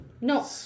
No